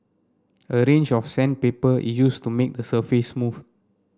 a range of sandpaper is used to make the surface smooth